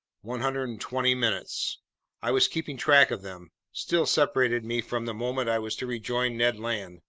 one hundred and twenty minutes i was keeping track of them still separated me from the moment i was to rejoin ned land.